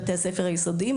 לבתי הספר היסודיים,